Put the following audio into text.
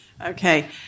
Okay